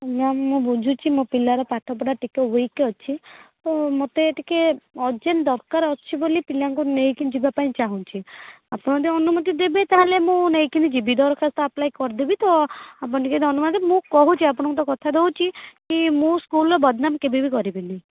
ma'am ମୁଁ ବୁଝୁଚଛି ମୋ ପିଲାର ପାଠ ପଢ଼ା ଟିକେ ଉଇକ୍ ଠିକ ଅଛି ତ ମୋତେ ଟିକେ ଅର୍ଜେଣ୍ଟ୍ ଦରକାର ଅଛି ବୋଲି ପିଲାଙ୍କୁ ନେଇକି ଯିବା ପାଇଁ ଚାହୁଁଛି ଆପଣ ଯଦି ଅନୁମତି ଦେବେ ତାହାଲେ ମୁଁ ନେଇକି ଯିବି ଦରଖାସ୍ତ ଆପ୍ଲାଏ କରିଦେବି ତ ଅପଣ ଟିକେ ଅନୁମତି ମୁଁ କହୁଛି ଆପଣଙ୍କୁ ତ କଥା ଦେଉଛି କି ମୁଁ ସ୍କୁଲର ବଦନାମ କେବେ କରିବିନି